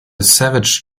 savage